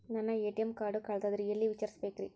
ನನ್ನ ATM card ಕಳದದ್ರಿ ಎಲ್ಲಿ ವಿಚಾರಿಸ್ಬೇಕ್ರಿ?